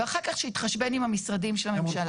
ואחר כך שיתחשבן עם המשרדים של הממשלה.